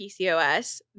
PCOS